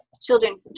children